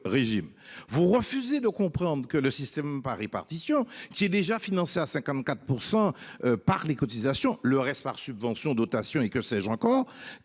Vous refusez de comprendre que le système par répartition qui est déjà financé à 54% par les cotisations, le reste par subventions, dotations et que sais-je encore,